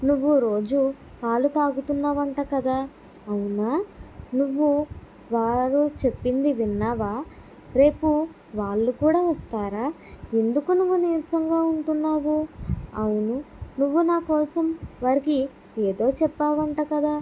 నువ్వు రోజు పాలు తాగుతున్నావంట కదా అవునా నువ్వు వారు చెప్పింది విన్నావా రేపు వాళ్లు కూడా వస్తారా ఎందుకు నువ్వు నీరసంగా ఉంటున్నావు అవును నువ్వు నాకోసం వారికి ఏదో చెప్పావంట కదా